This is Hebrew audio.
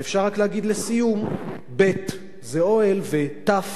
ואפשר רק להגיד לסיום: ב' זה אוהל, ות'